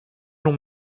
long